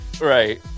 Right